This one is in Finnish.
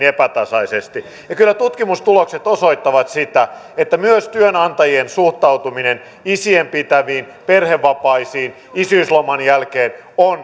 epätasaisesti kyllä tutkimustulokset osoittavat sitä että myös työnantajien suhtautuminen isien pitämiin perhevapaisiin isyysloman jälkeen